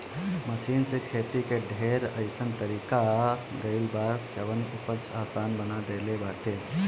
machine से खेती के ढेर अइसन तरीका आ गइल बा जवन उपज आसान बना देले बाटे